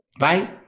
right